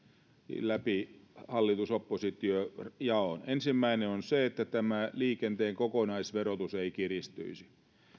läpi hallitus oppositiojaon ensimmäinen on se että liikenteen kokonaisverotus ei kiristyisi